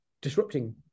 disrupting